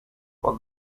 for